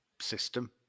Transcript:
system